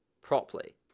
properly